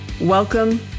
Welcome